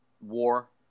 war